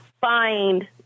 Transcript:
find